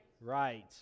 right